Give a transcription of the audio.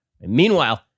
Meanwhile